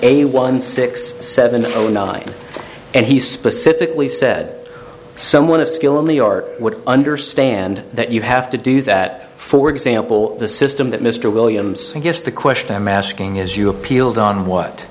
one six seven o nine and he specifically said someone of skill in new york would understand that you have to do that for example the system that mr williams i guess the question i'm asking is you appealed on what